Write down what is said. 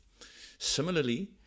similarly